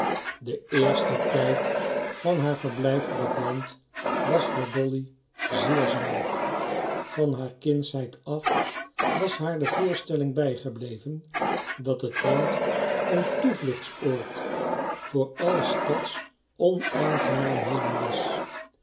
de eerste tijd van haar verblijf op het land was voor dolly zeer zwaar van haar kindsheid af was haar de voorstelling bijgebleven dat het land een toevluchtsoord voor alle stadsonaangenaamheden was